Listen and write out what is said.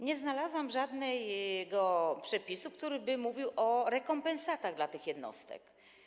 Nie znalazłam żadnego przepisu, który by mówił o rekompensatach dla tych jednostek.